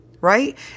right